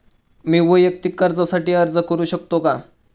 मी वैयक्तिक कर्जासाठी अर्ज करू शकतो का?